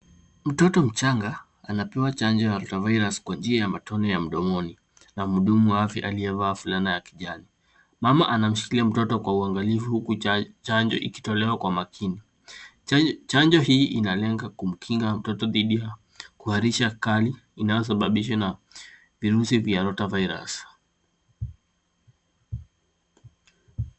Mtoto mchanga anapewa chanjo ya altavirus kwa njia ya matone ya mdomoni na mhudumu wa afya aliyevaa fulana ya kijani. Mama anamshikilia mtoto kwa uangalifu huku chanjo ikitolewa kwa makini. Chanjo hii inalenga kumkinga mtoto dhidi ya kuharisha kali inayosababishwa na virusi vya altavirus.